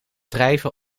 drijven